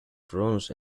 bronze